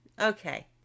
Okay